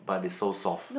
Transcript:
but is so soft